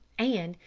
and,